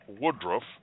Woodruff